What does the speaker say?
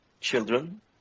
children